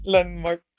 Landmark